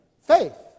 faith